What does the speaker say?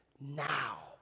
now